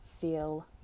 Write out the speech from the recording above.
feel